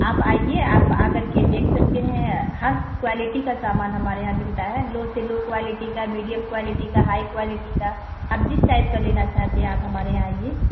آپ آئیے آپ آ کر کے دیکھ سکتے ہیں ہر کوالٹی کا سامان ہمارے یہاں ملتا ہے لو سے لو کوالٹی کا میڈیم کوالٹی کا ہائی کوالٹی کا آپ جس ٹائپ کا لینا چاہتے ہیں آپ ہمارے یہاں آئیے